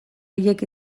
horiek